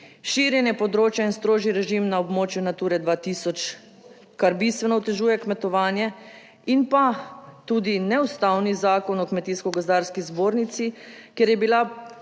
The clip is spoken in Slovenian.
Širjenje področja in strožji režim na območju Nature 2000 kar bistveno otežuje kmetovanje in pa tudi neustavni Zakon o Kmetijsko gozdarski zbornici, kjer je bila